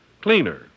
cleaner